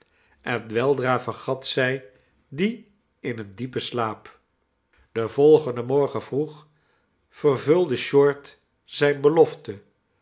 en weldra vergat zij die in een diepen slaap den volgenden morgen vroeg vervulde short zijne belofte